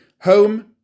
home